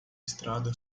estrada